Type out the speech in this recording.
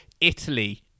Italy